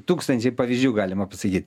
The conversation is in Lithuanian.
tūkstančiai pavyzdžių galima pasakyt